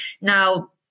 Now